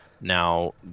now